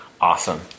Awesome